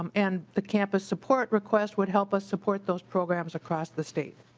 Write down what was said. um and the campus support request would help us support those programs across the state.